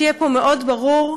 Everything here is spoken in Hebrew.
שיהיה פה מאוד ברור,